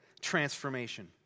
transformation